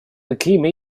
became